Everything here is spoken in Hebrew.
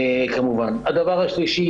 הדבר השלישי,